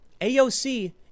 AOC